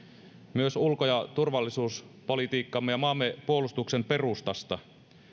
myös ulko ja turvallisuuspolitiikkamme ja maamme puolustuksen perustasta